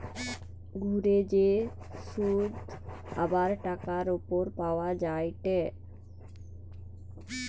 ঘুরে যে শুধ আবার টাকার উপর পাওয়া যায়টে